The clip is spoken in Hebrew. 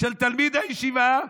של תלמיד הישיבה,